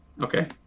Okay